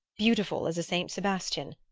beautiful as a saint sebastian,